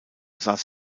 saß